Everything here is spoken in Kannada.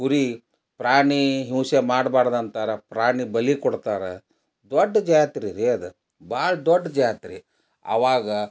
ಕುರಿ ಪ್ರಾಣಿ ಹಿಂಸೆ ಮಾಡ್ಬಾರ್ದ್ ಅಂತಾರೆ ಪ್ರಾಣಿ ಬಲಿ ಕೊಡ್ತಾರೆ ದೊಡ್ಡ ಜಾತ್ರೆ ರೀ ಅದು ಭಾಳ ದೊಡ್ಡ ಜಾತ್ರೆ ಅವಾಗ